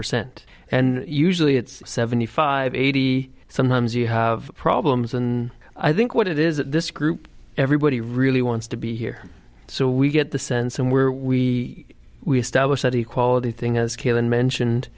percent and usually it's seventy five eighty sometimes you have problems than i think what it is that this group everybody really wants to be here so we get the sense and where we establish that he quality thing is killin mentioned